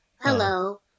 Hello